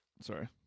Sorry